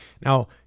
Now